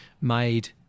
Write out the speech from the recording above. made